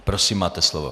Prosím, máte slovo.